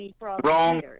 wrong